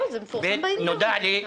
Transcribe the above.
לא, זה מפורסם באינטרנט.